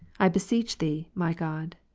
i beseech thee, my god,